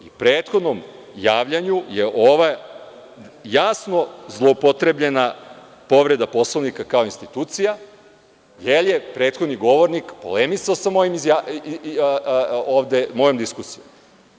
U prethodnom javljanju je jasno zloupotrebljena povreda Poslovnika kao institucija, jer je prethodni govornik polemisao ovde mojom diskusijom.